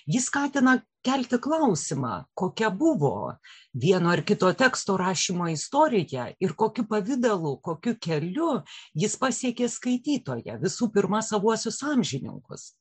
ji skatina kelti klausimą kokia buvo vieno ar kito teksto rašymo istorija ir kokiu pavidalu kokiu keliu jis pasiekė skaitytoją visų pirma savuosius amžininkus